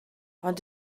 ond